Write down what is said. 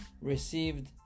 received